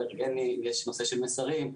יש נושא של מסרים,